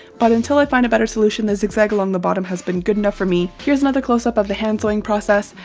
but until i find a better solution the zigzag along the bottom has been good enough for me. here's another close up of the hand sewing process.